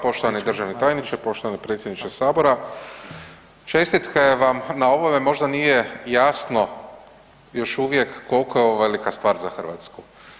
Poštovani državni tajniče, poštovani predsjedniče sabora, čestitam vam na ovome, možda nije jasno još uvijek koliko je ovo velika stvar za Hrvatsku.